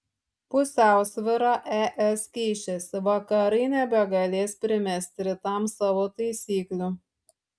pusiausvyra es keičiasi vakarai nebegalės primesti rytams savo taisyklių